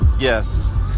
yes